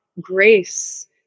grace